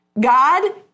God